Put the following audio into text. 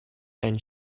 and